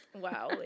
Wow